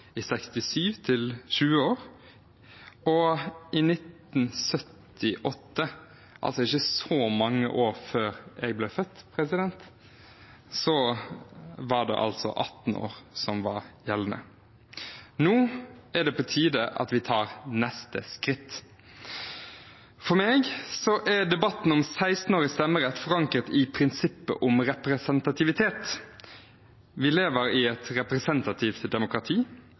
i 1967 til 20 år, og i 1978, altså ikke så mange år før jeg ble født, var det altså 18 år som var gjeldende. Nå er det på tide at vi tar neste skritt. For meg er debatten om 16 års stemmerettsalder forankret i prinsippet om representativitet. Vi lever i et representativt demokrati.